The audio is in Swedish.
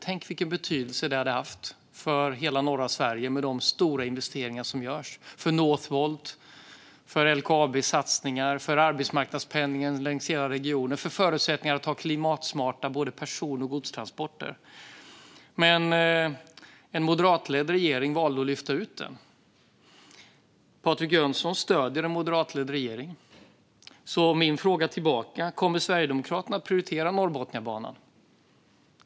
Tänk vilken betydelse det hade haft för hela norra Sverige med de stora investeringar som görs, för Northvolt och för LKAB:s satsningar! Det hade haft betydelse för arbetsmarknadspendlingen i hela regionen och för förutsättningarna att ha klimatsmarta både person och godstransporter. En moderatledd regering valde dock att lyfta ut banan. Patrik Jönsson stöder en moderatledd regering. Min fråga tillbaka blir: Kommer Sverigedemokraterna att prioritera Norrbotniabanan?